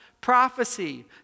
prophecy